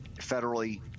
federally